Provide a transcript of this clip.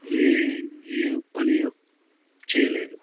ఏ ఏ పని చేయలేదు